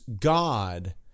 God